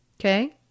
Okay